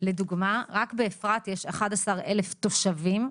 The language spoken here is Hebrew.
לדוגמא רק באפרת יש 11,000 תושבים,